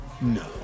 No